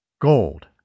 Gold